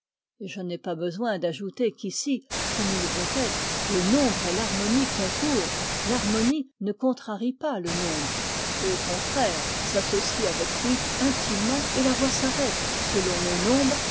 et je n'ai pas besoin d'ajouter qu'ici comme il doit être le nombre et l'harmonie concourent l'harmonie ne contrarie pas le nombre et au contraire s'associe avec lui intimement et la voix s'arrête selon le nombre